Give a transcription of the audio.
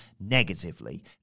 negatively